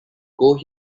gold